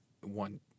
one